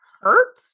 hurt